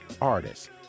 artists